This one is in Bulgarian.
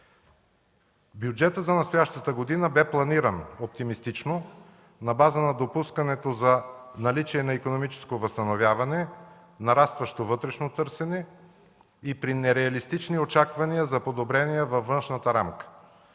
Бюджетът за настоящата година бе планиран оптимистично, на база на допускането за наличие на икономическо възстановяване, нарастващо вътрешно търсене и при нереалистични очаквания за подобрение във външната рамка.